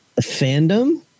Fandom